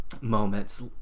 moments